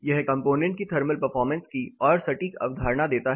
यह कंपोनेंट की thermal performance की और सटीक अवधारणा देता है